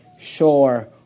sure